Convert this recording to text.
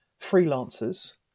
freelancers